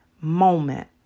moment